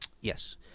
Yes